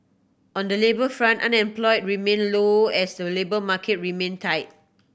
on the labour front unemployment remained low as the labour market remained tight